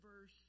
verse